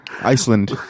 Iceland